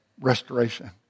restoration